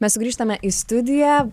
mes sugrįžtame į studiją